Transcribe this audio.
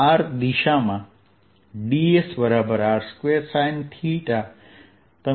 આથી r દિશામાં ds બરાબર r2 sin θ